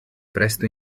presto